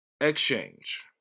Exchange